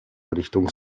richtung